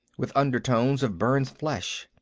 with undertones of burned flesh.